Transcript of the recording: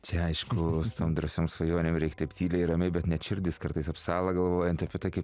čia aišku su tom drąsiom svajonėm reik taip tyliai ramiai bet net širdis kartais apsąla galvojant apie tai kaip